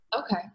Okay